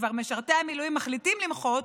כשכבר משרתי המילואים מחליטים למחות,